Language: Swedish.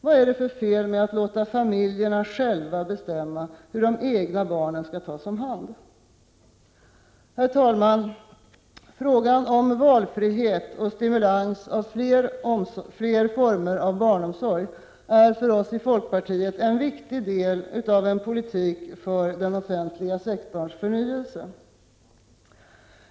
Vad är det för fel med att låta familjerna själva bestämma hur de egna barnen skall tas om hand? Herr talman! Frågan om valfrihet och stimulans av fler former av barnomsorg är för oss i folkpartiet en viktig del av en politik för den offentliga sektorns förnyelse.